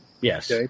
Yes